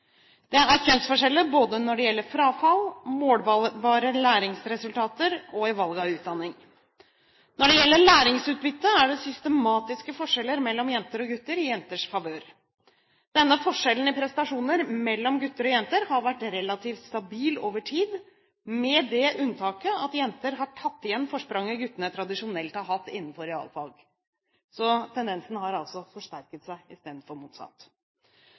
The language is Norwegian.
Det er kjønnsforskjeller når det gjelder både frafall, målbare læringsresultater og valg av utdanning. Når det gjelder læringsutbytte, er det systematiske forskjeller mellom jenter og gutter i jenters favør. Denne forskjellen i prestasjoner mellom gutter og jenter har vært relativ stabil over tid, med det unntaket at jenter har tatt igjen forspranget guttene tradisjonelt har hatt innenfor realfag. Tendensen har altså forsterket seg, istedenfor motsatt.